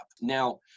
Now